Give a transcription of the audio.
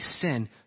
sin